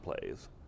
plays